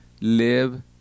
live